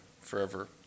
forever